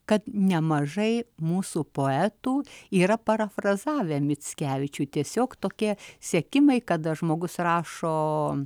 kad nemažai mūsų poetų yra parafrazave mickevičių tiesiog tokie siekimai kada žmogus rašo